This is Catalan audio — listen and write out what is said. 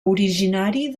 originari